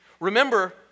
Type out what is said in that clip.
Remember